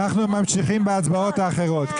ממשיכים בהצבעות האחרות.